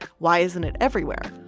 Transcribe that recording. why isn't it everywhere?